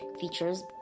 Features